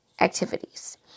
activities